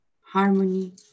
Harmony